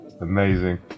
amazing